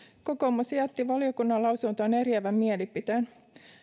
kokoomus jätti valiokunnan lausuntoon eriävän mielipiteen